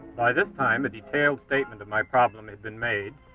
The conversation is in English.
this time, a detailed statement of my problem has been made.